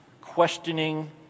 questioning